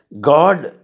God